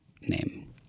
name